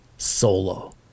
solo